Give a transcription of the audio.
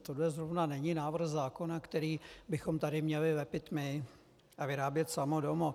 Tohle zrovna není návrh zákona, který bychom tady měli lepit my a vyrábět samodomo.